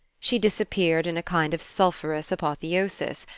she disappeared in a kind of sulphurous apotheosis,